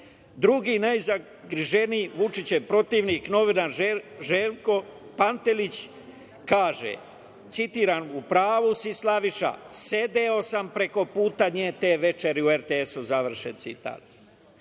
Drugi najzagriženiji Vučićev protivnik novinar Željko Pantelić kaže, citiram: „U pravu si, Slaviša, sedeo sam prekoputa nje te večeri u RTS-u“, završen citat. Eto,